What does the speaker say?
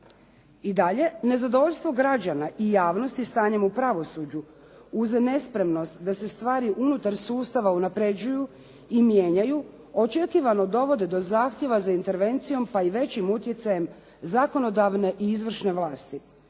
I dalje nezadovoljstvo građana i javnosti stanjem u pravosuđu uz nespremnost da se stvari unutar sustava unapređuju i mijenjaju očekivano dovode do zahtjeva za intervencijom pa i većim utjecajem zakonodavne i izvršne vlasti."